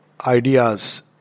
ideas